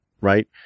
right